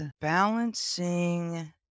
balancing